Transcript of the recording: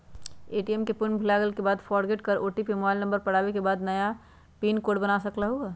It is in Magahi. ए.टी.एम के पिन भुलागेल के बाद फोरगेट कर ओ.टी.पी मोबाइल नंबर पर आवे के बाद नया पिन कोड बना सकलहु ह?